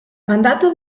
mandatua